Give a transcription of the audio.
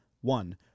One